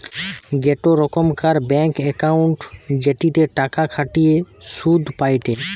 গোটে রোকমকার bank account জেটিতে টাকা খতিয়ে শুধ পায়টে